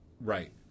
Right